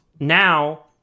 Now